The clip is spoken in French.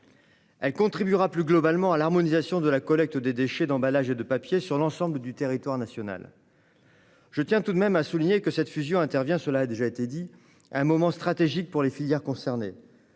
Elle contribuera plus globalement à l'harmonisation de la collecte des déchets d'emballages et de papier sur l'ensemble du territoire national. Cela a déjà été dit, mais je tiens tout de même à souligner que cette fusion intervient à un moment stratégique pour les filières concernées